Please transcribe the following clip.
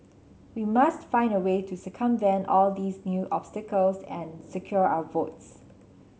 we must find a way to circumvent all these new obstacles and secure our votes